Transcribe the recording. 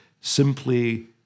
simply